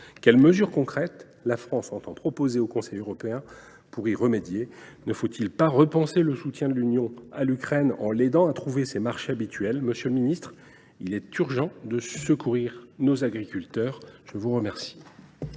Quelles mesures concrètes la France entend elle proposer au Conseil européen pour y remédier ? Ne faut il pas repenser le soutien de l’Union à l’Ukraine, en aidant ce pays à trouver ses marchés habituels ? Monsieur le ministre, il est urgent de secourir nos agriculteurs. La parole